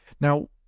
Now